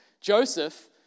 Joseph